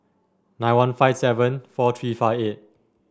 nine one five seven four three five eight